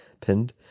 pinned